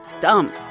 dumb